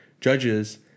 judges